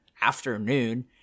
afternoon